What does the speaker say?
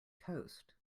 coast